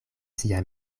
sia